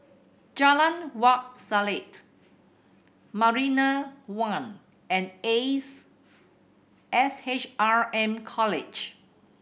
Jalan Wak Selat Marina One and Ace S H R M College